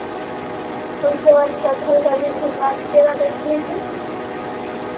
उसके बाद कटहल का बीज भिजवा दीजिएगा दस के जी